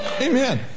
Amen